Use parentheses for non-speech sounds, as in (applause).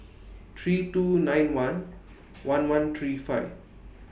three two nine one (noise) one one three five